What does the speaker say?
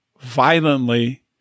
violently